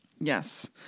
Yes